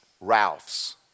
Ralph's